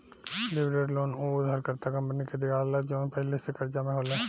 leverage loan उ उधारकर्ता company के दीआला जवन पहिले से कर्जा में होले